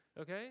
Okay